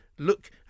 Look